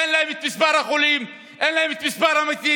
אין להם את מספר החולים, אין להם את מספר המתים.